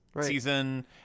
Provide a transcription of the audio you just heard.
season